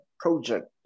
project